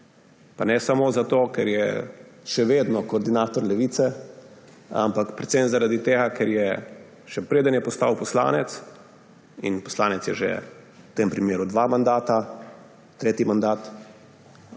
pa ne samo zato, ker je še vedno koordinator Levice, ampak predvsem zaradi tega, ker je še preden je postal poslanec, in poslanec je že, v tem primeru dva mandata, tretji mandat;